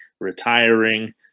retiring